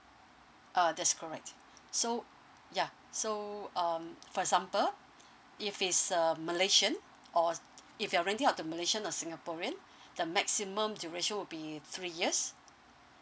uh that's correct so yeah so um for example if it's a malaysian or if you're renting out to malaysian or singaporean the maximum duration will be three years